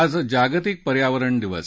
आज जागतिक पर्यावरण दिन